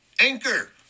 Anchor